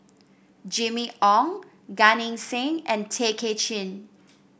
Jimmy Ong Gan Eng Seng and Tay Kay Chin